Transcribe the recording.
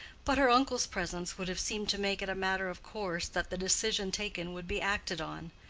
but her uncle's presence would have seemed to make it a matter of course that the decision taken would be acted on.